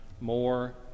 more